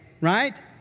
right